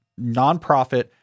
nonprofit